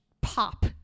pop